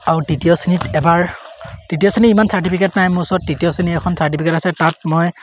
আৰু তৃতীয় শ্ৰেণীত এবাৰ তৃতীয় শ্ৰেণীত ইমান চাৰ্টিফিকেট নাই মোৰ ওচৰত তৃতীয় শ্ৰেণীৰ এখন চাৰ্টিফিকেট আছে তাত মই